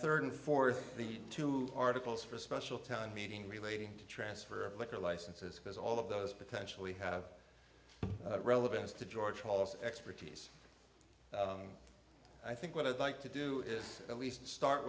third and fourth the two articles for a special town meeting relating to transfer of liquor licenses because all of those potentially have relevance to george wallace expertise i think what i'd like to do is at least start